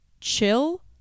chill